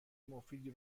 مفیدی